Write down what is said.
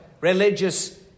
religious